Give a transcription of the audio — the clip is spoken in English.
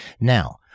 Now